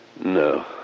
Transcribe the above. No